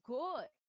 good